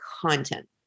content